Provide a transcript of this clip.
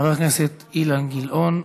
חבר הכנסת אילן גילאון,